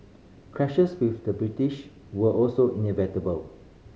clashes with the British were also inevitable